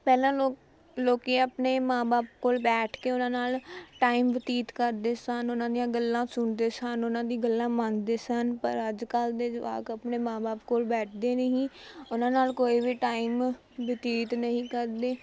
ਪਹਿਲਾਂ ਲੋਕ ਲੋਕੀਂ ਆਪਣੇ ਮਾਂ ਬਾਪ ਕੋਲ ਬੈਠ ਕੇ ਉਨ੍ਹਾਂ ਨਾਲ ਟਾਈਮ ਬਤੀਤ ਕਰਦੇ ਸਨ ਉਨ੍ਹਾਂ ਦੀਆਂ ਗੱਲਾਂ ਸੁਣਦੇ ਸਨ ਉਨ੍ਹਾਂ ਦੀ ਗੱਲਾਂ ਮੰਨਦੇ ਸਨ ਪਰ ਅੱਜ ਕੱਲ੍ਹ ਦੇ ਜਵਾਕ ਆਪਣੇ ਮਾਂ ਬਾਪ ਕੋਲ ਬੈਠਦੇ ਨਹੀਂ ਉਨ੍ਹਾਂ ਨਾਲ਼ ਕੋਈ ਵੀ ਟਾਈਮ ਬਤੀਤ ਨਹੀਂ ਕਰਦੇ